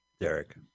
derek